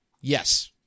Yes